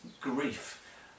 grief